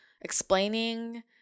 explaining